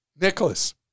Nicholas